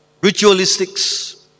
Ritualistics